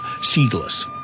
seedless